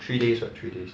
three days what three days